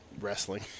wrestling